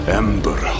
ember